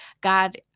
God